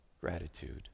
gratitude